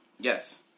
Yes